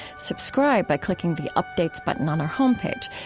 subscribe by clicking the updates button on our home page.